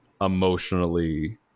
emotionally